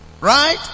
Right